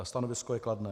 Stanovisko je kladné.